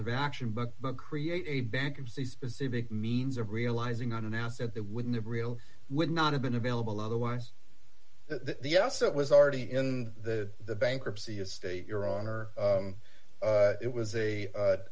of action but create a bankruptcy specific means of realizing on an asset that wouldn't have real would not have been available otherwise that yes it was already in the the bankruptcy estate your honor it was a